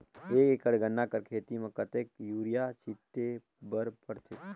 एक एकड़ गन्ना कर खेती म कतेक युरिया छिंटे बर पड़थे?